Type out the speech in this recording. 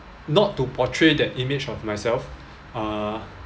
not to portray that image of myself uh